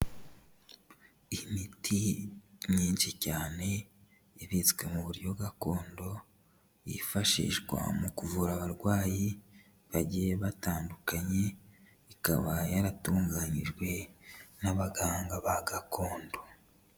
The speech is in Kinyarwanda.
Imiti myinshi cyane ibitswe mu buryo gakondo, yifashishwa mu kuvura abarwayi bagiye batandukanye, ikaba yaratunganyijwe n'abaganga ba gakondo.